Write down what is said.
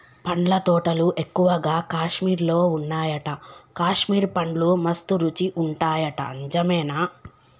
పండ్ల తోటలు ఎక్కువగా కాశ్మీర్ లో వున్నాయట, కాశ్మీర్ పండ్లు మస్త్ రుచి ఉంటాయట నిజమేనా